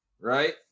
right